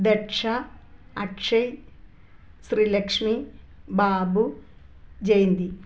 Daksha Akshay Sreelakshmi Babu Jayanti